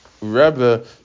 Rebbe